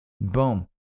boom